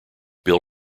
bill